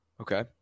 Okay